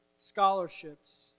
scholarships